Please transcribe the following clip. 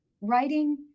Writing